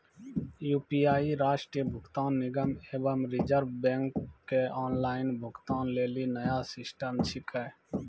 UPI राष्ट्रीय भुगतान निगम एवं रिज़र्व बैंक के ऑनलाइन भुगतान लेली नया सिस्टम छिकै